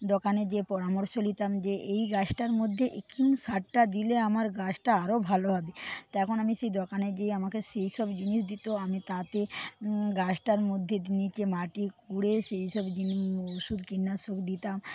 দোকানে যেয়ে পরামর্শ নিতাম যে এই গাছটার মধ্যে কি সারটা দিলে আমার গাছটা আরও ভালো হবে তখন আমি সেই দোকানে গিয়ে আমাকে সেইসব জিনিস দিত আমি তাতে গাছটার মধ্যে নীচে মাটি খুঁড়ে সেইসব ওষুধ কীটনাশক দিতাম